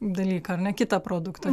dalyką ar ne kitą produktą